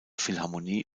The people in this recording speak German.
philharmonie